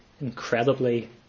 incredibly